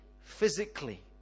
physically